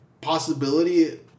possibility